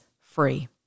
free